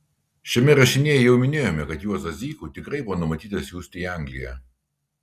šiame rašinyje jau minėjome kad juozą zykų tikrai buvo numatyta siųsti į angliją